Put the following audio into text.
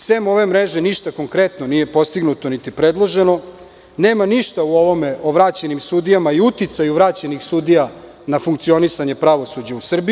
Sem ove mreže ništa konkretno nije postignuto niti predloženo, nema ništa o vraćenim sudijama i uticaju vraćenih sudija na funkcionisanje pravosuđa u Srbiji.